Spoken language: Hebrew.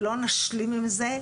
ולא נשלים עם זה,